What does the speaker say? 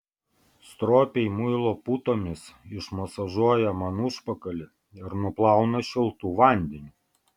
stropiai muilo putomis išmasažuoja man užpakalį ir nuplauna šiltu vandeniu